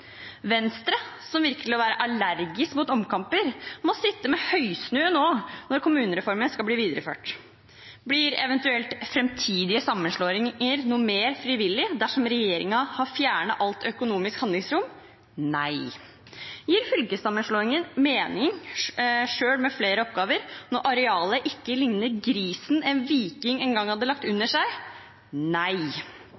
Venstre, som virker å være allergisk mot omkamper, må sitte med høysnue nå, når kommunereformen skal bli videreført. Blir eventuelle framtidige sammenslåinger noe mer frivillig dersom regjeringen har fjernet alt økonomisk handlingsrom? – Nei. Gir fylkessammenslåinger mening, selv med flere oppgaver, når arealet ikke ligner grisen – et areal ikke engang en viking hadde lagt